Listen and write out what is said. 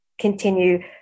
continue